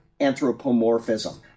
anthropomorphism